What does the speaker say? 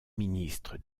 ministre